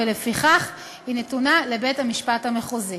ולפיכך היא נתונה לבית-המשפט המחוזי.